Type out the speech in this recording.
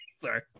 Sorry